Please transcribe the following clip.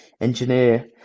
engineer